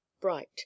Bright